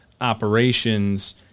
operations